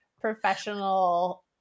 professional